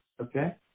Okay